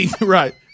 Right